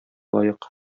лаек